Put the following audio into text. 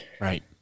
Right